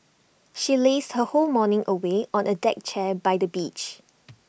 she lazed her whole morning away on A deck chair by the beach